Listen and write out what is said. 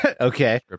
Okay